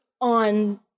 on